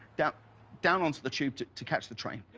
down down on to the tube to to catch the train.